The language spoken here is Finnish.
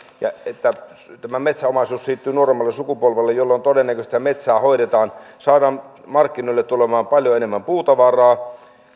ja että tämä metsäomaisuus siirtyy nuoremmalle sukupolvelle silloin todennäköisesti metsää hoidetaan saadaan markkinoille tulemaan paljon enemmän puutavaraa